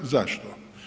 Zašto?